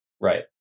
Right